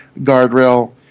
guardrail